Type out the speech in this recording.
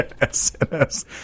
S-N-S